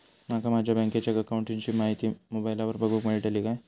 माका माझ्या बँकेच्या अकाऊंटची माहिती मोबाईलार बगुक मेळतली काय?